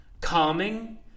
calming